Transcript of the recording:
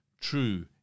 true